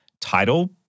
title